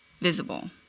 visible